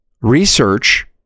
research